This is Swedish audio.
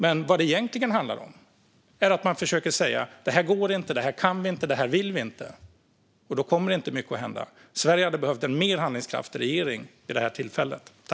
Men det man egentligen säger är: "Det här går inte. Det här kan vi inte. Det här vill vi inte." Då kommer inte mycket att hända. Sverige hade behövt en mer handlingskraftig regering vid det här tillfället.